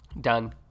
Done